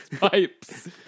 pipes